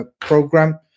program